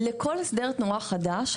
לכל הסדר תנועה חדש,